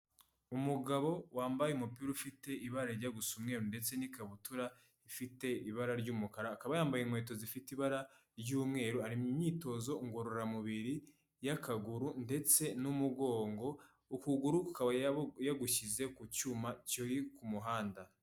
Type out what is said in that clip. Umugabo wambaye umupira ufite ibara rijya gusa umweru ndetse n'ikabutura ifite ibara ry'umukara akaba yambaye inkweto zifite ibara ry'umweru ari mu myitozo ngororamubiri y'akaguru ndetse n'umugongo ukuguru kukaba yagushyize ku cyuma kiri ku muhanda.